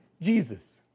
Jesus